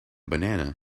banana